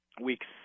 Weeks